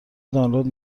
دانلود